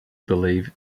believe